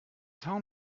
town